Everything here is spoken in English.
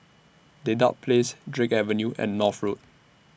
Dedap Place Drake Avenue and North Road